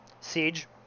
Siege